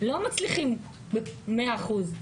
לא מצליחים במאת האחוזים.